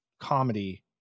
comedy